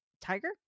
tiger